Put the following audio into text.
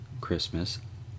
Christmas